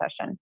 session